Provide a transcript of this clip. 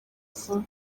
vuba